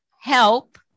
help